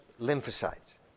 lymphocytes